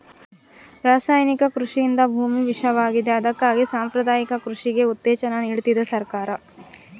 ರಾಸಾಯನಿಕ ಕೃಷಿಯಿಂದ ಭೂಮಿ ವಿಷವಾಗಿವೆ ಅದಕ್ಕಾಗಿ ಸಾಂಪ್ರದಾಯಿಕ ಕೃಷಿಗೆ ಉತ್ತೇಜನ ನೀಡ್ತಿದೆ ಸರ್ಕಾರ